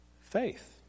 Faith